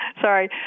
Sorry